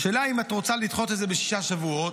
השאלה אם את רוצה לדחות את זה בשישה שבועות,